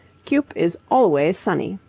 cuyp is always sunny.